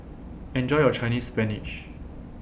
Enjoy your Chinese Spinach